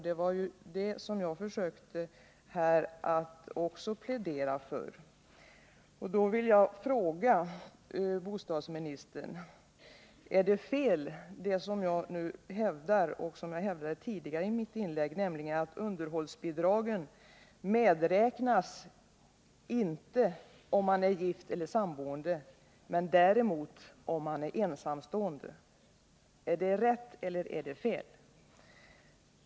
Det var ju det som jag också försökte plädera för. Mot den bakgrunden vill jag fråga bostadsministern: Är det rätt eller fel, som jag nu hävdar och som jag hävdat i mitt tidigare inlägg, att underhållsbidragen inte medräknas om man är gift eller samboende men däremot om man är ensamstående?